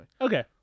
Okay